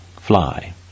fly